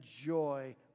joy